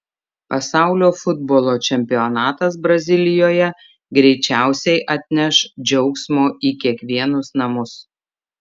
pasaulio futbolo čempionatas brazilijoje greičiausiai atneš džiaugsmo į kiekvienus namus